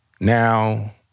Now